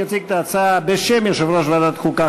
יציג את ההצעה בשם יושב-ראש ועדת החוקה,